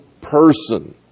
person